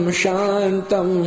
shantam